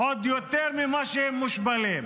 עוד יותר ממה שהם מושפלים.